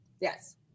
yes